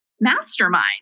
Mastermind